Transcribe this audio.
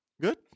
Good